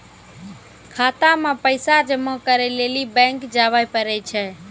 खाता मे पैसा जमा करै लेली बैंक जावै परै छै